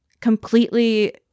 completely